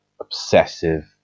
obsessive